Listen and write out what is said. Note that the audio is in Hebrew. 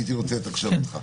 הייתי רוצה את הקשבתך.